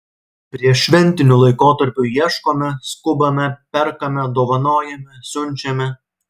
prieššventiniu laikotarpiu ieškome skubame perkame dovanojame siunčiame